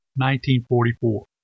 1944